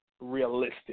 realistic